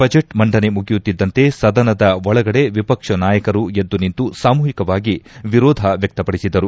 budget ಮಂಡನೆ ಮುಗಿಯುತ್ತಿದ್ಲಂತೆ ಸದನದ ಒಳಗಡೆ ವಿಪಕ್ಷ ನಾಯಕರು ಎದ್ದು ನಿಂತು ಸಾಮೂಹಿಕವಾಗಿ ವಿರೋಧ ವ್ಯಕ್ತಪಡಿಸಿದರು